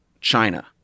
China